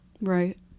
Right